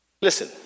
Listen